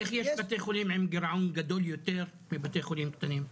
איך יש בתי חולים עם גירעון גדול יותר מבית חולים קטנים?